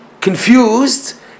confused